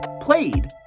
played